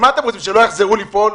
מה אתם רוצים, שלא יחזרו לפעול?